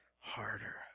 harder